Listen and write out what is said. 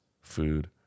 food